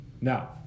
Now